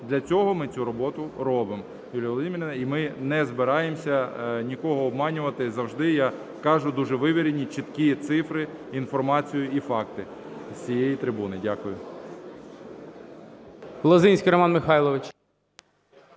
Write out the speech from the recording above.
для цього ми цю роботу робимо, Юлія Володимирівна. І ми не збираємося нікого обманювати, завжди я кажу дуже вивірені, чіткі цифри, інформацію і факти з цієї трибуни. Дякую.